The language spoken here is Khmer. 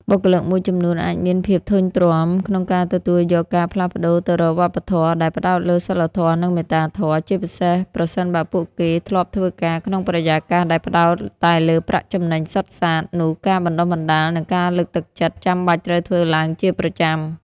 បុគ្គលិកមួយចំនួនអាចមាន ភាពធន់ទ្រាំ ក្នុងការទទួលយកការផ្លាស់ប្ដូរទៅរកវប្បធម៌ដែលផ្ដោតលើសីលធម៌ និងមេត្តាធម៌ ជាពិសេសប្រសិនបើពួកគេធ្លាប់ធ្វើការក្នុងបរិយាកាសដែលផ្ដោតតែលើប្រាក់ចំណេញសុទ្ធសាធ នោះការបណ្ដុះបណ្ដាល និងការលើកទឹកចិត្តចាំបាច់ត្រូវធ្វើឡើងជាប្រចាំ។